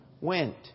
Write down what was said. went